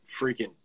freaking